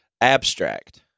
abstract